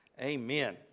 amen